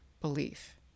belief